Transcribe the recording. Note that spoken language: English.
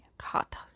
hot